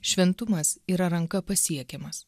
šventumas yra ranka pasiekiamas